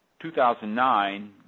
2009